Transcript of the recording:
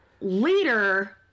later